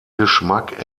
geschmack